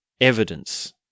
evidence